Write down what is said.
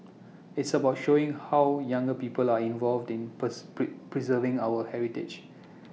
it's about showing how younger people are involved in purse preserving our heritage